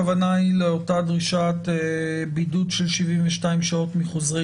הכוונה היא לאותה דרישת בידוד של 72 שעות מחוזרי